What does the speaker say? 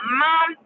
mom